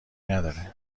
نداره